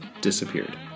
disappeared